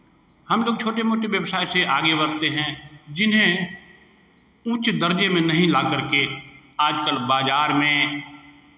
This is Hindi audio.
हम लोग छोटे मोटे व्यवसाय से आगे बढ़ते हैं जिन्हें उच्च दर्ज़े में नहीं ला करके आजकल बाज़ार में